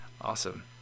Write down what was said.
Awesome